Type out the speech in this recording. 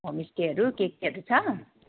होमस्टेहरू के केहरू छ